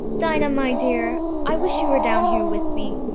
dinah my dear! i wish you were down here with me!